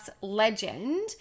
legend